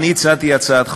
אני הצעתי הצעת חוק,